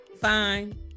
fine